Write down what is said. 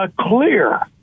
clear